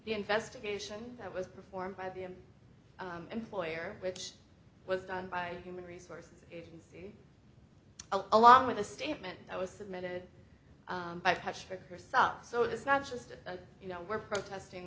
the investigation that was performed by the employer which was done by human resources agency along with a statement that was submitted by patrick herself so it's not just you know we're protesting